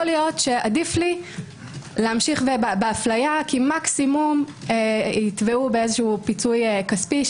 יכול להיות שעדיף לי להמשיך לאפליה כי מקסימום יתבעו בפיצוי כספי,